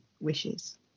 Wishes